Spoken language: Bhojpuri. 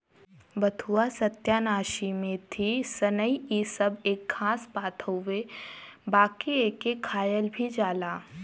बथुआ, सत्यानाशी, मेथी, सनइ इ सब एक घास पात हउवे बाकि एके खायल भी जाला